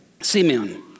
Simeon